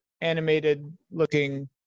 animated-looking